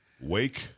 Wake